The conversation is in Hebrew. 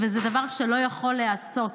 וזה דבר שלא יכול להיעשות.